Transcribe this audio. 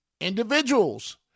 individuals